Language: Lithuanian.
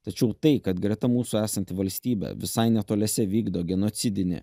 tačiau tai kad greta mūsų esanti valstybė visai netoliese vykdo genocidinį